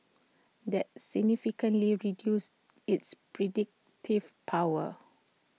that significantly reduces its predictive power